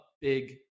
big